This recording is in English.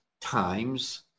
times